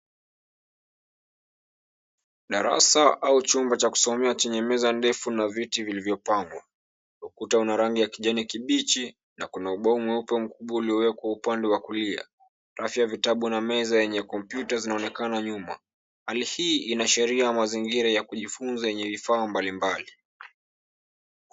Darasa au chumba cha kusomea chenye meza ndefu na viti vilivyopangwa. Ukuta ukuta ni wa rangi ya kijani kibichi na kuna ubao mweupe mkubwa uluwekwa upande wa kulia. Rafu ya vitabu na meza yenye kompyuta zinaonekana nyuma, hali hii inaashiria mazingira ya kujifunza yenye vifaa mbali mbali.